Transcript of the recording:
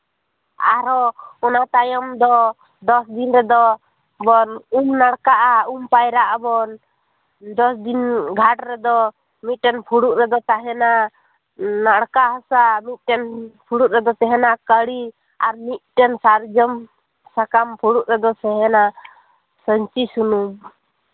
ᱟᱨᱦᱚᱸ ᱚᱱᱟ ᱛᱟᱭᱚᱢ ᱫᱚ ᱫᱚᱥ ᱫᱤᱱ ᱨᱮᱫᱚ ᱵᱚᱱ ᱩᱢ ᱱᱟᱲᱠᱟᱜᱼᱟ ᱩᱢ ᱯᱟᱭᱨᱟᱜᱼᱟ ᱵᱚᱱ ᱫᱚᱥ ᱫᱤᱱ ᱜᱷᱟᱴ ᱨᱮᱫᱚ ᱢᱤᱫᱴᱮᱱ ᱯᱷᱩᱲᱩᱜ ᱨᱮᱫᱚ ᱛᱟᱦᱮᱱᱟ ᱱᱟᱲᱠᱟ ᱦᱟᱥᱟ ᱢᱤᱫᱴᱮᱱ ᱯᱷᱩᱲᱩᱜ ᱨᱮᱫᱚ ᱛᱟᱦᱮᱱᱟ ᱠᱟᱹᱲᱤ ᱟᱨ ᱢᱤᱫᱴᱮᱱ ᱥᱟᱨᱡᱚᱢ ᱥᱟᱠᱟᱢ ᱯᱷᱩᱲᱩᱜ ᱨᱮᱫᱚ ᱛᱟᱦᱮᱱᱟ ᱥᱟᱺᱧᱪᱤ ᱥᱩᱱᱩᱢ